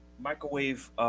microwave